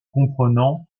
comprenant